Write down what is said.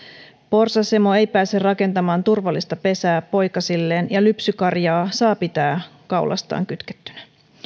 porsasemo ei pääse rakentamaan turvallista pesää poikasilleen ja lypsykarjaa saa pitää kaulastaan kytkettynä